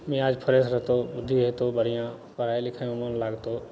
मिजाज फ्रेश होतौ बुद्धि होतौ बढ़ियाँ पढ़ाइ लिखाइमे मोन लागतौ